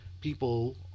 people